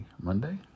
monday